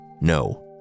no